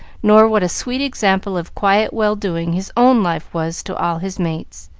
nor what a sweet example of quiet well-doing his own life was to all his mates.